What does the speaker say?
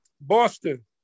Boston